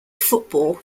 football